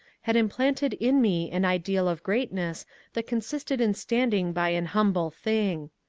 had implanted in me an ideal of greatness that consisted in standing by an humble thing.